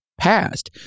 past